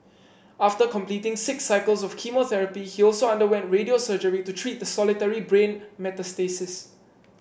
after completing six cycles of chemotherapy he also underwent radio surgery to treat the solitary brain metastasis